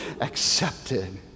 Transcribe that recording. accepted